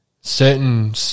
certain